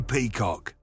Peacock